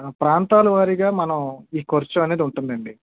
ఆ ప్రాంతాల వారీగా మనం ఈ ఖర్చు అనేది ఉంటుందండి